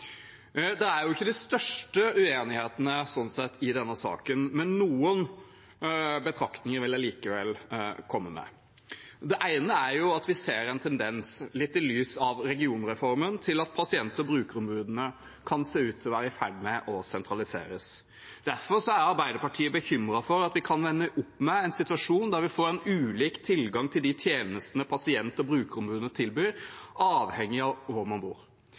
Det er ikke de største uenighetene i denne saken, men noen betraktninger vil jeg likevel komme med. Den ene er at vi – litt i lys av regionreformen – ser en tendens til at pasient- og brukerombudene kan være i ferd med å sentraliseres. Derfor er Arbeiderpartiet bekymret for at vi kan ende opp med en situasjon der man får ulik tilgang til tjenestene pasient- og brukerombudene tilbyr, avhengig av hvor man bor.